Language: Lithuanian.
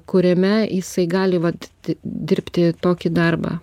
kuriame jisai gali vat dirbti tokį darbą